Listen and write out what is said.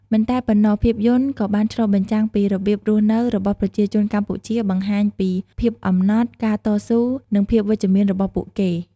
មិនតែប៉ុណ្ណោះ ភាពយន្តក៏បានឆ្លុះបញ្ចាំងពី របៀបរស់នៅរបស់ប្រជាជនកម្ពុជា បង្ហាញពីភាពអំណត់ ការតស៊ូ និងភាពវិជ្ជមានរបស់ពួកគេ។